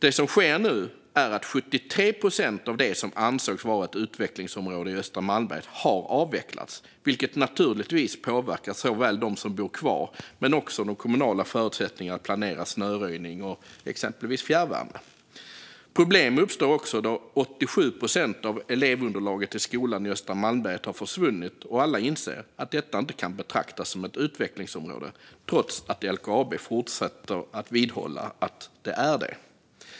Det som sker nu är att 73 procent av det som ansågs vara ett utvecklingsområde i östra Malmberget har avvecklats, vilket naturligtvis påverkar dem som bor kvar men också de kommunala förutsättningarna att planera snöröjning och fjärrvärme, exempelvis. Problem uppstår också då 87 procent av elevunderlaget i skolan i östra Malmberget har försvunnit. Alla inser att detta inte kan betraktas som ett utvecklingsområde trots att LKAB fortsätter att vidhålla att det är det.